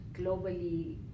globally